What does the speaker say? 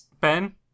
Ben